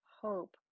hope